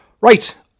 Right